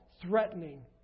threatening